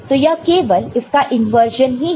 तो यह केवल इसका इंवर्जन ही है